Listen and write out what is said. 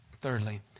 Thirdly